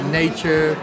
nature